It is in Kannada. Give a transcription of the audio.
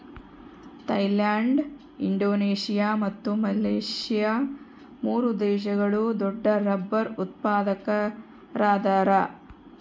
ಥೈಲ್ಯಾಂಡ್ ಇಂಡೋನೇಷಿಯಾ ಮತ್ತು ಮಲೇಷ್ಯಾ ಮೂರು ದೇಶಗಳು ದೊಡ್ಡರಬ್ಬರ್ ಉತ್ಪಾದಕರದಾರ